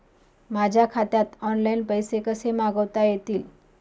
माझ्या खात्यात ऑनलाइन पैसे कसे मागवता येतील?